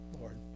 Lord